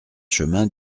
chemin